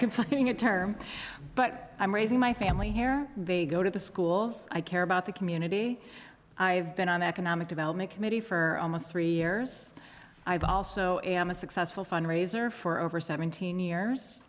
slippery term but i'm raising my family here they go to the schools i care about the community i've been on economic development committee for almost three years i've also am a successful fundraiser for over seventeen years